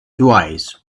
twice